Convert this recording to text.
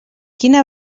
quina